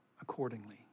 accordingly